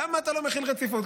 למה אתה לא מחיל רציפות?